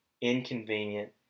inconvenient